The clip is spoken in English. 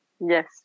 Yes